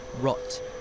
rot